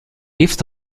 east